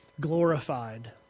glorified